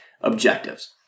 objectives